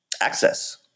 access